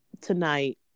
tonight